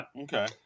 Okay